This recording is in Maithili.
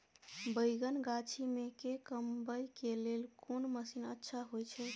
बैंगन गाछी में के कमबै के लेल कोन मसीन अच्छा होय छै?